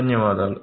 ధన్యవాదాలు